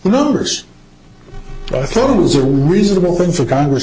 members i thought it was a reasonable thing for congress